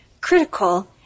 critical